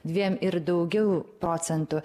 dviem ir daugiau procentų